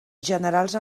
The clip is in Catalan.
generals